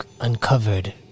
uncovered